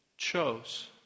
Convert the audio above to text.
Chose